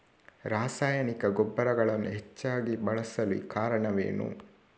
ರಾಸಾಯನಿಕ ಗೊಬ್ಬರಗಳನ್ನು ಹೆಚ್ಚಾಗಿ ಬಳಸಲು ಕಾರಣವೇನು?